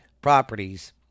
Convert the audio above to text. properties